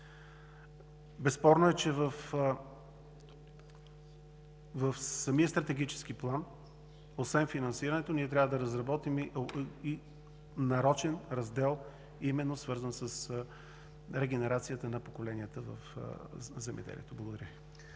Безспорно в самия стратегически план освен финансирането ние трябва да разработим и нарочен раздел, свързан именно с регенерацията на поколенията в земеделието. Благодаря